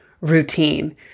routine